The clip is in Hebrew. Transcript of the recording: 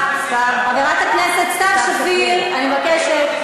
סתיו, חברת הכנסת סתיו שפיר, אני מבקשת.